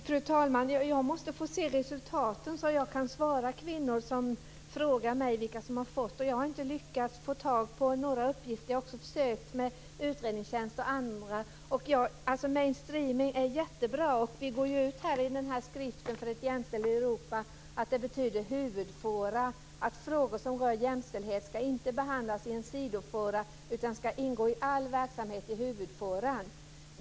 Fru talman! Jag måste få se resultaten så att jag kan svara kvinnor som frågar mig vilka som har fått stöd, men jag har inte lyckats att få tag på några uppgifter, trots att jag har försökt med Utredningstjänsten och andra. Mainstreaming är jättebra, och i skriften För ett jämställt Europa går vi ju ut med att mainstreaming betyder huvudfåra, att frågor som rör jämställdhet inte ska behandlas i en sidofåra utan de ska ingå i all verksamhet i huvudfåran.